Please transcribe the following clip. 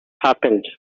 happened